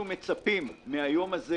אנחנו מצפים מן היום הזה